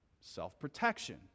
Self-protection